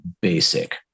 basic